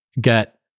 get